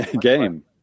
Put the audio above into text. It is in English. game